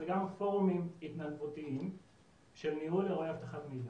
זה פורומים התנהגותיים של ניהול אירועי אבטחת מידע.